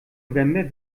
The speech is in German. november